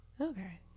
Okay